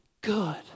good